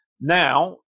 Now